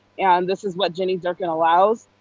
and this is what jenny durkan allows.